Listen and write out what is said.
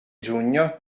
giugno